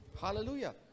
Hallelujah